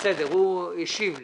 בסדר, הוא השיב לי.